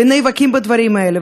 ונאבקים בדברים האלה,